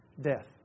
death